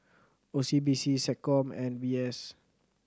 O C B C SecCom and V S